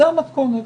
זו המתכונת.